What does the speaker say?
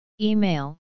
Email